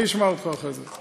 אני אשמע אותך אחרי זה.